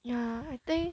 ya I think